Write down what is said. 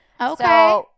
Okay